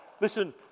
Listen